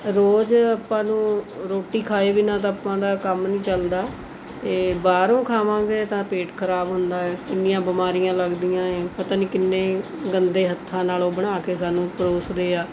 ਰੋਜ਼ ਆਪਾਂ ਨੂੰ ਰੋਟੀ ਖਾਏ ਬਿਨ੍ਹਾਂ ਤਾਂ ਆਪਾਂ ਦਾ ਕੰਮ ਨੀ ਚੱਲਦਾ ਏ ਬਾਹਰੋਂ ਖਾਵਾਂਗੇ ਤਾਂ ਪੇਟ ਖਰਾਬ ਹੁੰਦਾ ਏ ਇੰਨੀਆਂ ਬਿਮਾਰੀਆਂ ਲੱਗਦੀਆਂ ਏ ਪਤਾ ਨੀ ਕਿੰਨੇ ਗੰਦੇ ਹੱਥਾਂ ਨਾਲ ਉਹ ਬਣਾ ਕੇ ਉਹ ਸਾਨੂੰ ਪਰੋਸਦੇ ਆ